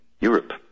Europe